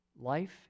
Life